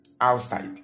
outside